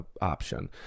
option